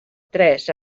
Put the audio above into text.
tres